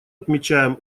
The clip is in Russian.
отмечаем